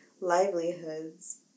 livelihoods